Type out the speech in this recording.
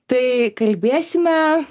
tai kalbėsime